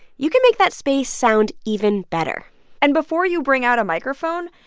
you can make that space sound even better and before you bring out a microphone,